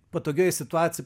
patogioj situaci